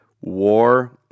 WAR